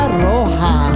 roja